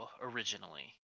originally